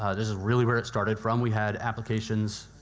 ah this is really where it started from. we had applications,